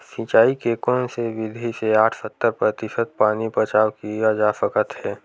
सिंचाई के कोन से विधि से साठ सत्तर प्रतिशत पानी बचाव किया जा सकत हे?